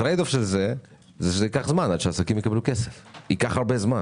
הטרייד-אוף הוא שייקח הרבה זמן